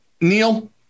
Neil